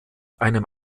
einem